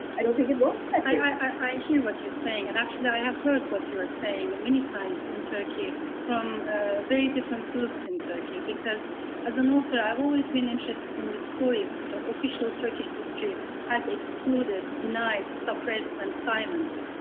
i don't think it works that way. yeah, i hear what you're saying. and actually, i have heard what you are saying many times in turkey from ah very different groups in turkey, because as an author, i've always been interested in the stories that official turkish history has excluded, denied, suppressed, and silenced.